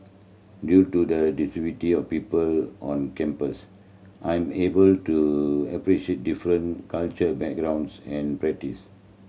due to the of people on campus I am able to appreciate different cultural backgrounds and practice